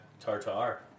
tartar